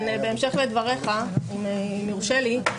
בהמשך לדבריך, אם יורשה לי.